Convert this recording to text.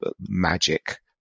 magic